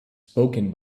spoken